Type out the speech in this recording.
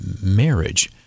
marriage